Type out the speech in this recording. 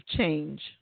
change